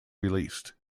released